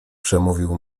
przemówił